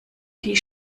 die